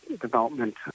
development